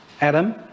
Adam